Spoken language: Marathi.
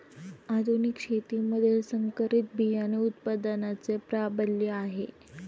आधुनिक शेतीमध्ये संकरित बियाणे उत्पादनाचे प्राबल्य आहे